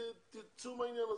ואתם תצאו מהעניין הזה.